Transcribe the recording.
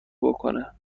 بکنه